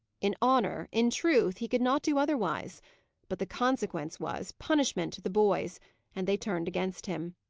in honour, in truth, he could not do otherwise but, the consequence was punishment to the boys and they turned against him.